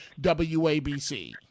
WABC